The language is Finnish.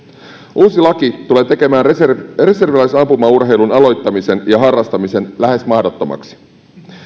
uusi laki tulee tekemään reserviläisampumaurheilun aloittamisen ja harrastamisen lähes mahdottomaksi